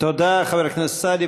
תודה, חבר הכנסת סעדי.